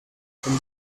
from